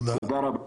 תודה רבה.